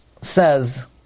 says